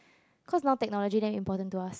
cause now technology damn important to us